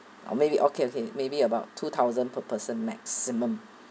uh maybe okay okay maybe about two thousand per person maximum